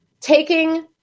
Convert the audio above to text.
taking